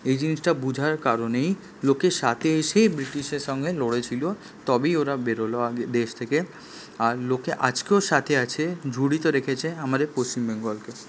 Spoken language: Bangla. এই জিনিসটা বোঝার কারণেই লোকে সাথে এসেই ব্রিটিশের সঙ্গে লড়েছিলো তবেই ওরা বেরোলো আগে দেশ থেকে আর লোকে আজকেও সাথে আছে জুড়িত রেখেছে আমাদের পশ্চিম বেঙ্গলকে